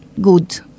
good